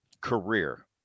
career